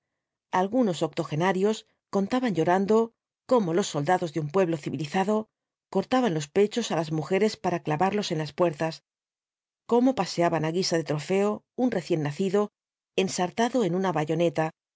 algunos octogenarios contaban llorando cómo los soldados de un pueblo civilizado cortaban los pechos á las mujeres para clavarlos en las puertas cómo paseaban á guisa de trofeo un recién nacido ensartado en una bayoneta